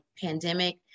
pandemic